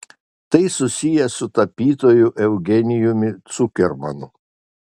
tai susiję su tapytoju eugenijumi cukermanu